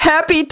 Happy